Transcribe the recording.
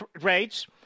rates